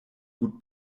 gut